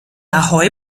ahoi